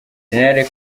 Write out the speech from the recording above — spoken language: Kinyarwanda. gen